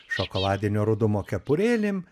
šokoladinio rudumo kepurėlėm